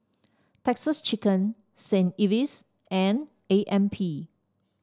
Texas Chicken Saint Ives and A M P